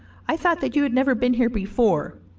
i thought that you had never been here before.